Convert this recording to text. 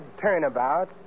turnabout